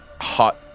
hot